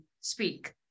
speak